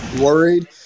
worried